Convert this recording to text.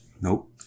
Nope